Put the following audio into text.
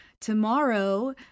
tomorrow